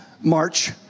march